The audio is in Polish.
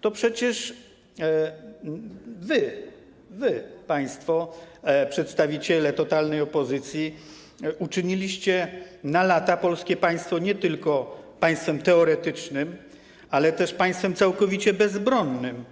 To przecież wy, państwo, przedstawiciele totalnej opozycji, na lata uczyniliście państwo polskie nie tylko państwem teoretycznym, ale też państwem całkowicie bezbronnym,